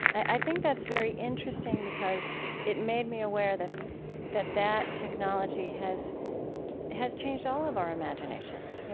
i think that's very interesting because it made me aware that that that technology has has changed all of our imaginations.